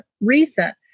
recent